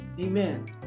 Amen